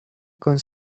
con